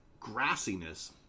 grassiness